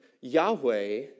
Yahweh